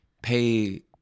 pay